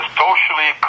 socially